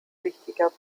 wichtiger